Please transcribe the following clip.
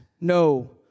no